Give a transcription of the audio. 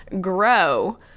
grow